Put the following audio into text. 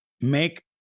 make